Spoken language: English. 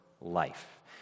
life